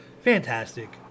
Fantastic